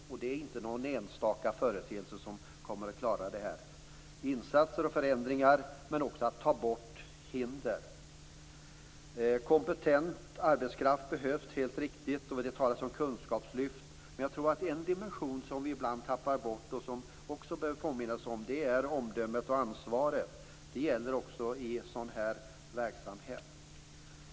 Det är inte fråga om någon enstaka företeelse utan om insatser och förändringar och att ta bort hinder. Det behövs helt riktigt kompetent arbetskraft. Det talas om ett kunskapslyft. En dimension som också behöver påminnas om är omdöme och ansvar även i sådan verksamhet.